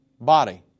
body